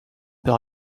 peut